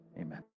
amen